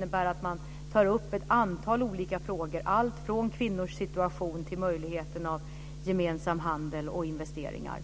De tar upp ett antal olika frågor, allt från kvinnors situation till möjligheten för gemensam handel och investeringar.